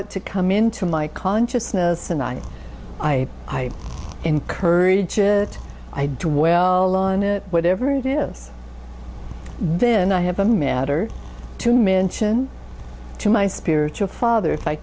it to come into my consciousness and i i i encourage it i do well on it whatever it is then i have a matter to mention to my spiritual father if i